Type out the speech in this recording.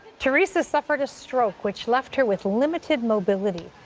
teresa suffered a stroke, which left her with limited mobility.